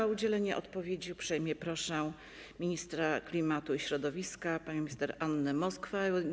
O udzielenie odpowiedzi uprzejmie proszę minister klimatu i środowiska panią Annę Moskwę.